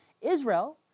Israel